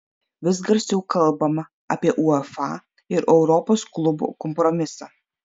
vis garsiau kalbama apie uefa ir europos klubų kompromisą